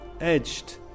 edged